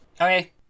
Okay